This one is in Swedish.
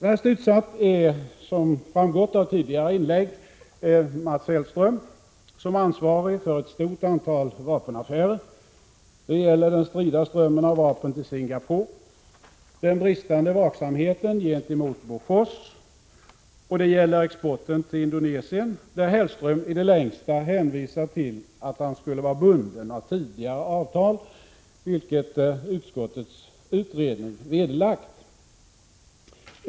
Värst utsatt är, som framgått av tidigare inlägg, Mats Hellström som ansvarig för ett stort antal vapenaffärer. Det gäller den strida strömmen av vapen till Singapore och den bristande vaksamheten gentemot Bofors. Det gäller vidare exporten till Indonesien, där Mats Hellström i det längsta hänvisade till att han skulle vara bunden av tidigare avtal, vilket utskottets utredning vederlagt.